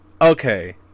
Okay